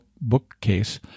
bookcase